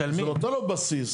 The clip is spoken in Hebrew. זה נותן לו בסיס.